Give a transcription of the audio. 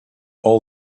all